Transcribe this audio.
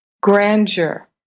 grandeur